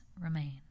remain